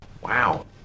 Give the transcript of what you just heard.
Wow